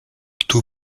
two